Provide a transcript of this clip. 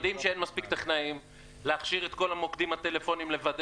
יודעים שאין מספיק טכנאים להכשיר את כל המוקדים הטלפוניים לוודא